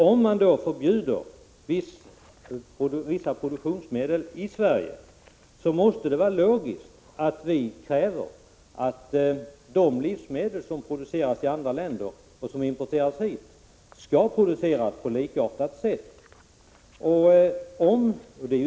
Om man förbjuder vissa produktionsmedel i Sverige, måste det vara logiskt att kräva att de livsmedel som importeras från andra länder skall produceras på likartat sätt.